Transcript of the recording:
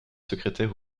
secrétaire